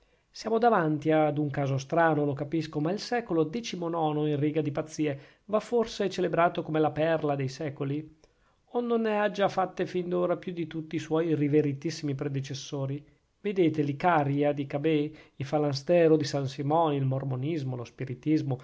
siamo davanti ad un caso strano lo capisco ma il secolo decimonono in riga di pazzie va forse celebrato come la perla dei secoli o non ne ha già fatte fin d'ora più di tutti i suoi riveritissimi predecessori vedete l'icaria di cabet il falanstero di saint simon il mormonismo lo spiritismo